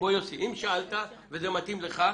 אם שאלת וזה מתאים לך,